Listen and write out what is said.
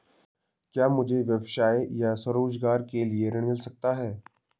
क्या मुझे व्यवसाय या स्वरोज़गार के लिए ऋण मिल सकता है?